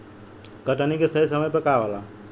कटनी के सही समय का होला?